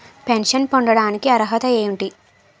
Pension పొందడానికి అర్హత ఏంటి?